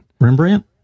Rembrandt